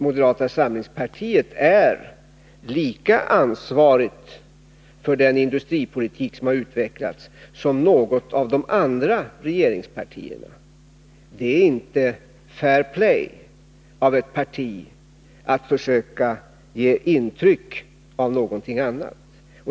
Moderata samlingspartiet är lika ansvarigt för den industripolitik som har utvecklats som något av de andra regeringspartierna. Det är inte fair play av ett parti att försöka ge intryck av någonting annat.